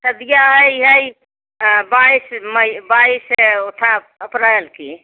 शादि आई है बाईस मई बाईस वह था अप्रैल की